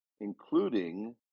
including